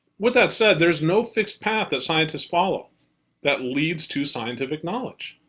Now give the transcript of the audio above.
with that said there's no fixed path that scientists follow that leads to scientific knowledge.